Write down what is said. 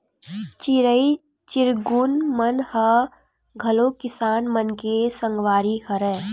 चिरई चिरगुन मन ह घलो किसान मन के संगवारी हरय